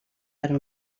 per